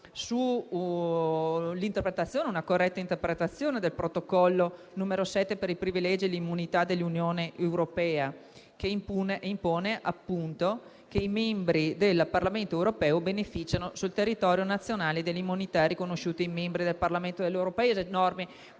al tempo, su una corretta interpretazione del protocollo n. 7 per i privilegi e le immunità dell'Unione europea, che impone che i membri del Parlamento europeo beneficino sul territorio nazionale delle immunità riconosciute ai membri del Parlamento del loro Paese, norme